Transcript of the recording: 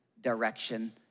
direction